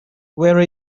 where